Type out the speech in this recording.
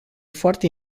foarte